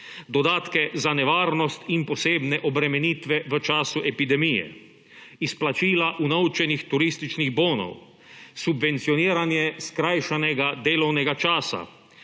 dodatke za nevarnost in posebne obremenitve v času epidemije; izplačila unovčenih turističnih bonov; subvencioniranje skrajšanega delovnega časa,